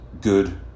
good